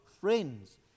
friends